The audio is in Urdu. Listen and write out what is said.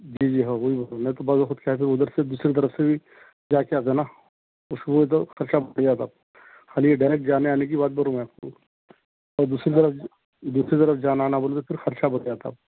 جی جی ہاں وہی میں تو بعض وقت کیسے اُدھر سے دوسری طرف سے بھی جا کے آتا نا اُس وہ تو اچھا پڑ جاتا خالی ڈائریکٹ جانے آنے کی بات کروں گا تو اور دوسری طرف دوسری طرف جانا آنا بولے تو خرچہ بڑھا جاتا